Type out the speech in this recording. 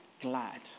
glad